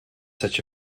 such